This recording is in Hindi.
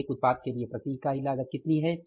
तो एक उत्पाद के लिए प्रति इकाई लागत कितनी है